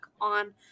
on